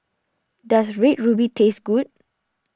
does Red Ruby taste good